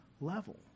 level